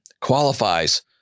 qualifies